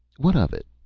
what of it?